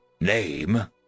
Name